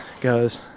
goes